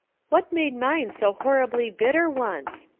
what made mine so horribly bitter once?